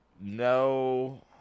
no –